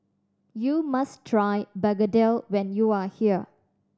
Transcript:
you must try begedil when you are here